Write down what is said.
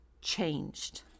changed